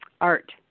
art